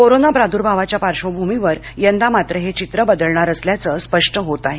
corona प्रार्द्भावाच्या पार्श्वभूमीवर यंदा मात्र हे चित्र बदलणार असल्याचं स्पष्ट होत आहे